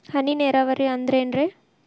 ಹನಿ ನೇರಾವರಿ ಅಂದ್ರೇನ್ರೇ?